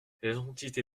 l’identité